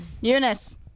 Eunice